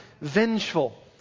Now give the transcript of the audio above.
vengeful